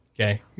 Okay